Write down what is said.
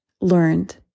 learned